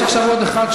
יש עכשיו עוד אחד,